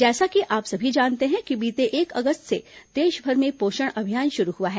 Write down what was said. जैसा कि आप सभी जानते हैं बीते एक अगस्त से देशभर में पोषण अभियान शुरू हुआ है